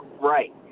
right